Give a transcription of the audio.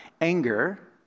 anger